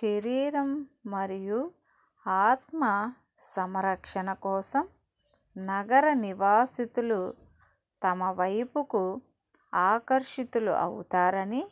శరీరం మరియు ఆత్మ సంరక్షణ కోసం నగర నివాసితులు తమ వైపుకు ఆకర్షితులవుతారని